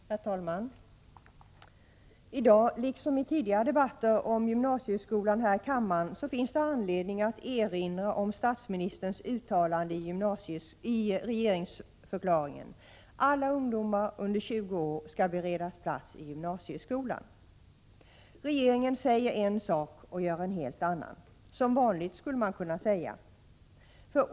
Herr talman! I dag liksom i tidigare debatter om gymnasieskolan finns det anledning att erinra om statsministerns uttalande i regeringsförklaringen: Alla ungdomar under 20 år skall beredas plats i gymnasieskolan. Regeringen säger en sak och gör en helt annan — som vanligt, skulle man kunna säga.